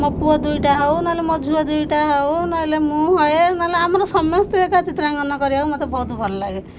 ମୋ ପୁଅ ଦୁଇଟା ହଉ ନହେଲେ ମୋ ଝିଅ ଦୁଇଟା ହଉ ନହେଲେ ମୁଁ ହୁଏ ନହେଲେ ଆମର ସମସ୍ତେ ଏକା ଚିତ୍ରାଙ୍କନ କରିବାକୁ ମତେ ବହୁତ ଭଲ ଲାଗେ